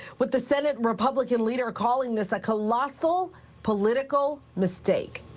but the senate republican leader calling this a colossal political mistake.